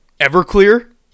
Everclear